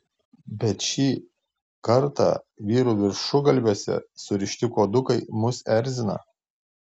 bet šį kartą vyrų viršugalviuose surišti kuodukai mus erzina